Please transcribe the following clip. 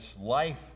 life